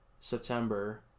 September